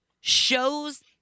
shows